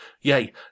yea